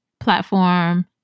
Platform